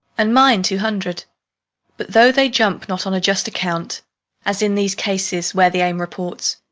and mine two hundred but though they jump not on a just account as in these cases, where the aim reports,